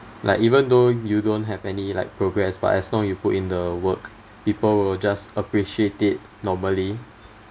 like even though you don't have any like progress but as long you put in the work people will just appreciate it normally